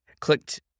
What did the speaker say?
clicked